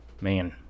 Man